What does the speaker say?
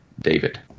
David